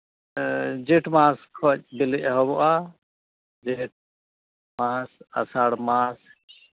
ᱡᱷᱮᱸᱴ ᱢᱟᱥ ᱠᱷᱚᱡ ᱵᱤᱞᱤ ᱮᱦᱚᱵᱚᱜᱼᱟ ᱡᱷᱮᱸᱴ ᱢᱟᱥ ᱟᱥᱟᱲ ᱢᱟᱥ